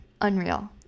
unreal